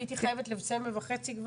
תודה רבה.